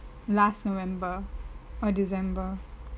last november or december